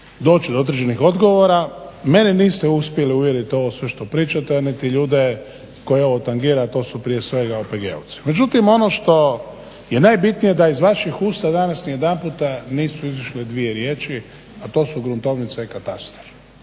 doći do određenih odgovora, mene niste uspjeli uvjeriti u ovo sve što pričate, a niti ljude koje ovo tangira a to su prije svega OPG-ovci. Međutim, ono što je najbitnije da iz vaših usta danas nijedanput nisu izašle dvije riječi, a to su gruntovnica i katastar.